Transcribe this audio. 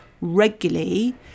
regularly